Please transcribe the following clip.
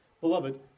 beloved